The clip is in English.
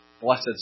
Blessed